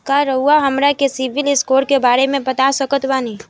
का रउआ हमरा के सिबिल स्कोर के बारे में बता सकत बानी?